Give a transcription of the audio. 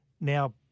Now